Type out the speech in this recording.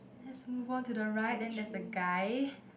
lets move on to the right then there's a guy